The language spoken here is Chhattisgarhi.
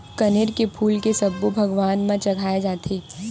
कनेर के फूल के सब्बो भगवान म चघाय जाथे